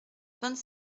vingt